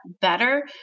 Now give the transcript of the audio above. better